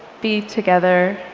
be together,